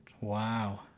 Wow